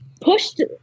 pushed